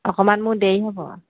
অকণমান মোৰ দেৰি হ'ব